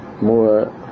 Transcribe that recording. more